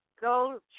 go